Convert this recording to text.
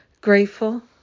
Grateful